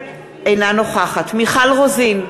אינה נוכחת מיכל רוזין,